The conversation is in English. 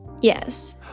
Yes